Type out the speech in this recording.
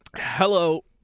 Hello